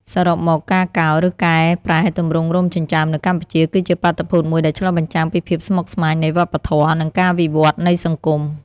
សរុបមក ការកោរ ឬកែប្រែទម្រង់រោមចិញ្ចើមនៅកម្ពុជា គឺជាបាតុភូតមួយដែលឆ្លុះបញ្ចាំងពីភាពស្មុគស្មាញនៃវប្បធម៌ និងការវិវឌ្ឍន៍នៃសង្គម។